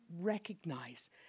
recognize